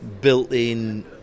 built-in